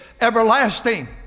everlasting